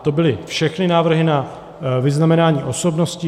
To byly všechny návrhy na vyznamenání osobností.